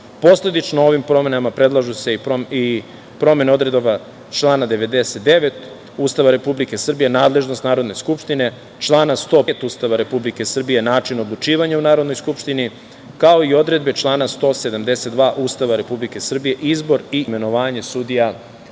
Posledično ovim promenama predlažu i se promene odredaba člana 99. Ustava Republike Srbije, nadležnost Narodne skupštine, člana 105. Ustava Republike Srbije, način odlučivanja u Narodnoj skupštini, kao i odredbe člana 172. Ustava Republike Srbije, izbor i imenovanje sudija Ustavnog